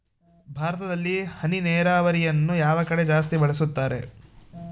ಭಾರತದಲ್ಲಿ ಹನಿ ನೇರಾವರಿಯನ್ನು ಯಾವ ಕಡೆ ಜಾಸ್ತಿ ಬಳಸುತ್ತಾರೆ?